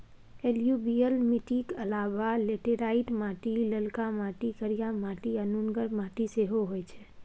एलुयुबियल मीटिक अलाबा लेटेराइट माटि, ललका माटि, करिया माटि आ नुनगर माटि सेहो होइ छै